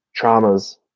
traumas